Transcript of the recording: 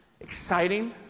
exciting